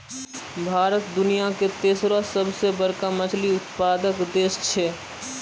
भारत दुनिया के तेसरो सभ से बड़का मछली उत्पादक देश छै